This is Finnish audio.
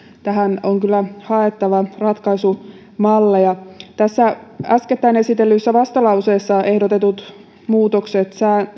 tähän on kyllä haettava ratkaisumalleja tässä äskettäin esitellyssä vastalauseessa ehdotetut muutokset